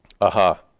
aha